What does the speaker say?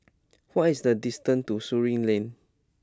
what is the distance to Surin Lane